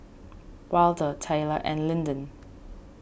Waldo Tayler and Lyndon